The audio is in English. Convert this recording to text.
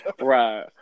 Right